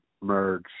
Merge